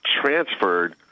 transferred